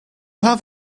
have